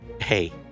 Hey